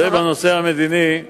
זה בנושא המדיני.